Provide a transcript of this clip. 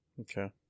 Okay